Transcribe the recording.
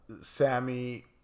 Sammy